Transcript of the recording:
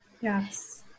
Yes